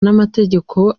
n’amategeko